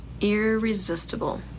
irresistible